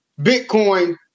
bitcoin